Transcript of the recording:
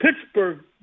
Pittsburgh